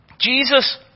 Jesus